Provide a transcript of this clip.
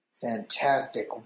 Fantastic